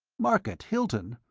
market hilton!